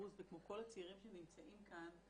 פיירוז וכמו כל הצעירים שנמצאים כאן.